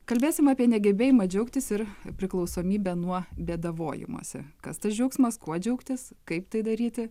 kalbėsim apie negebėjimą džiaugtis ir priklausomybę nuo bėdavojimosi kas tas džiaugsmas kuo džiaugtis kaip tai daryti